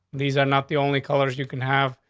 these are not the only colors you can have.